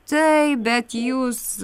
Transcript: taip bet jūs